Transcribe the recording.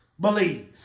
believe